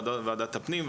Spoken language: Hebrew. ועדת הפנים,